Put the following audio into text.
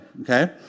Okay